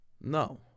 No